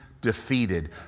defeated